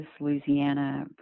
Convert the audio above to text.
Louisiana